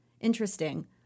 interesting